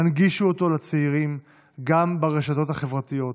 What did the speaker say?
הנגישו אותו לצעירים גם ברשתות החברתיות.